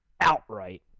outright